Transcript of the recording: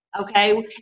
Okay